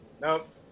nope